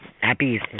Happy